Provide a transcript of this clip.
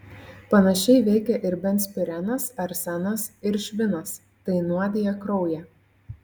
panašiai veikia ir benzpirenas arsenas ir švinas tai nuodija kraują